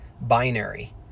binary